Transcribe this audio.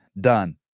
Done